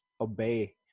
obey